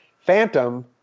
Phantom